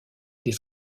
des